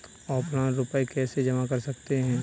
Offline रुपये कैसे जमा कर सकते हैं?